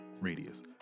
radius